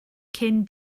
cyn